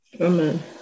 Amen